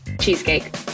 cheesecake